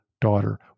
Daughter